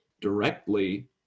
directly